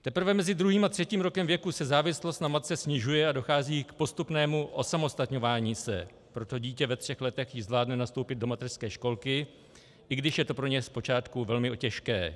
Teprve mezi druhým a třetím rokem věku se závislost na matce snižuje a dochází k postupnému osamostatňování se, proto dítě ve třech letech již zvládne nastoupit do mateřské školky, i když je to pro něj zpočátku velmi těžké.